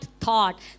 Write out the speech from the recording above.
thought